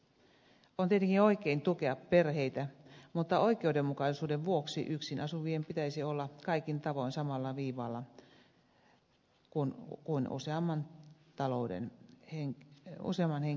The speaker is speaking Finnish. on tietenkin oikein tukea perheitä mutta oikeudenmukaisuuden vuoksi yksin asuvien pitäisi olla kaikin tavoin samalla viivalla kuin useamman henkilön talous